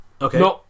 Okay